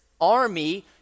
army